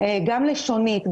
גם לשונית,